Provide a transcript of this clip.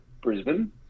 Brisbane